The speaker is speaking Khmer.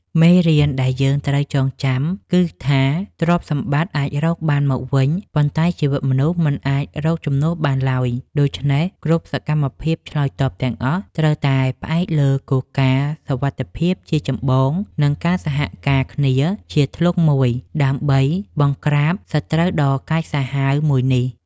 មេរៀនដែលយើងត្រូវចងចាំគឺថា ទ្រព្យសម្បត្តិអាចរកបានមកវិញ ប៉ុន្តែជីវិតមនុស្សមិនអាចរកជំនួសបានឡើយ ដូច្នេះគ្រប់សកម្មភាពឆ្លើយតបទាំងអស់ ត្រូវតែផ្អែកលើគោលការណ៍សុវត្ថិភាពជាចម្បង និងការសហការគ្នាជាធ្លុងមួយដើម្បីបង្ក្រាបសត្រូវដ៏កាចសាហាវមួយនេះ។